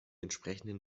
entsprechenden